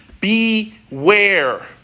Beware